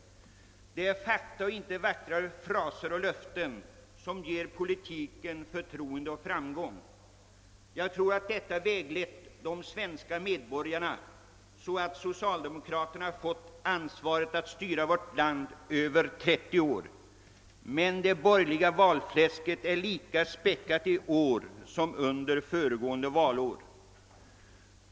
Det är fakta och inte vackra fraser och löften som ger politiken förtroende och framgång. Jag tror att detta har väglett de svenska medborgarna så att socialdemokraterna har fått ansvaret att styra vårt land i över 30 år. Men det borgerliga valfläsket är lika späckat i år som under föregående valår.